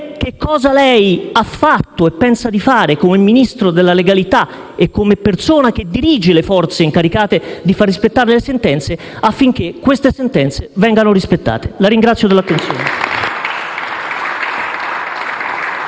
che cosa ha fatto e cosa pensa di fare come Ministro della legalità e come persona che dirige le forze incaricate di far rispettare le sentenze, affinché queste sentenze vengano rispettate. *(Applausi dal Gruppo